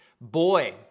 Boy